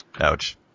Ouch